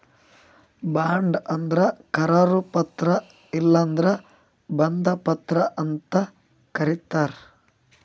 bond ಅಂದ್ರ ಕರಾರು ಪತ್ರ ಇಲ್ಲಂದ್ರ ಬಂಧ ಪತ್ರ ಅಂತ್ ಕರಿತಾರ್